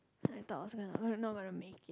I thought I was not not gonna make it